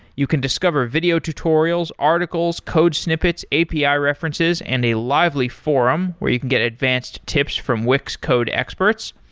you can discover video tutorials, articles, code snippets, api ah references and a lively forum where you can get advanced tips from wix code experts.